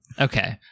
Okay